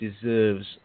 deserves